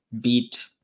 beat